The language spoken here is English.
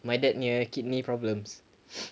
my dad dia ada kidney problems